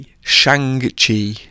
Shang-Chi